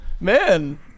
Man